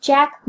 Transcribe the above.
Jack